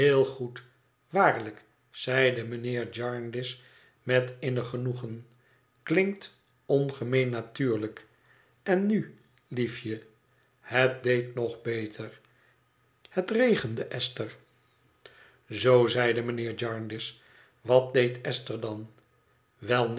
waarlijk zeide mijnheer jarndyce met innig genoegen klinkt ongemeen natuurlijk en nu liefje het deed nog beter het regende esther zoo zeide mijnheer jarndyce wat deed esther dan wel